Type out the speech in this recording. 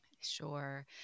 Sure